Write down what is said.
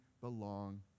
belong